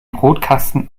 brotkasten